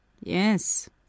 Yes